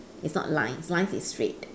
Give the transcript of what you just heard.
it's not line line is straight